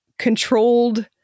controlled